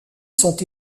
sont